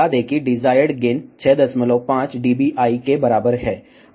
बता दें कि डिजायर्ड गेन 65 dBi के बराबर है